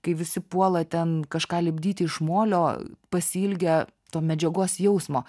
kai visi puola ten kažką lipdyti iš molio pasiilgę to medžiagos jausmo